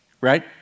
right